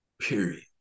Period